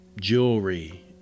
jewelry